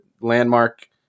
landmark